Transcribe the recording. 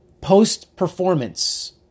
post-performance